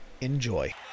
enjoy